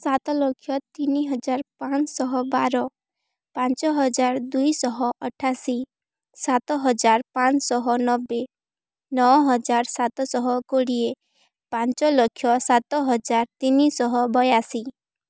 ସାତ ଲକ୍ଷ ତିନିହଜାର ପାଞ୍ଚଶହ ବାର ପାଞ୍ଚ ହଜାର ଦୁଇଶହ ଅଠାଅଶୀ ସାତହଜାର ପାଞ୍ଚଶହ ନବେ ନଅ ହଜାର ସାତଶହ କୋଡ଼ିଏ ପାଞ୍ଚଲକ୍ଷ ସାତହଜାର ତିନିଶହ ବୟାଅଶୀ